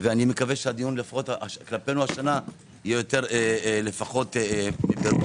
ומקווה שהדיון כלפינו השנה יהיה יותר לפחות ברוח